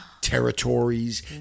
territories